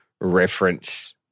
reference